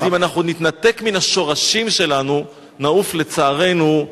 אז אם אנחנו נתנתק מן השורשים שלנו נעוף לצערנו,